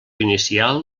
inicial